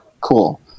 cool